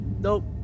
nope